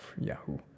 Yahoo